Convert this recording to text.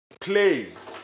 plays